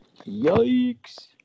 Yikes